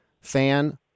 fan